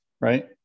right